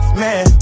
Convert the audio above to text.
man